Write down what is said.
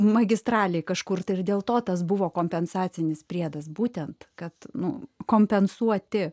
magistralė kažkur ir dėl to tas buvo kompensacinis priedas būtent kad nu kompensuoti